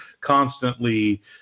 constantly